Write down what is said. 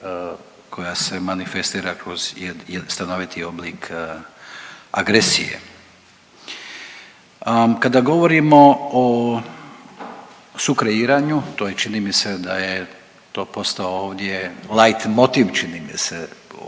koja se manifestira kroz .../nerazumljivo/... stanoviti oblik agresije. Kada govorimo o sukreiranju, to je, čini mi se da je to postao ovdje lajtmotiv, čini mi se, očito